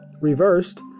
Reversed